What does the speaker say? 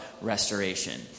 restoration